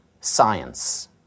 science